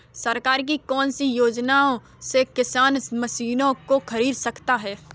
सरकार की कौन सी योजना से किसान मशीनों को खरीद सकता है?